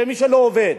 למי שלא עובד,